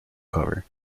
cover